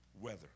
weather